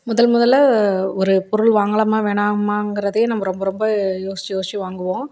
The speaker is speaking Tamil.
முதல் முதலாக ஒரு பொருள் வாங்கலாமா வேணாமாங்கிறதே நம்ம ரொம்ப ரொம்ப யோசித்து யோசித்து வாங்குவோம்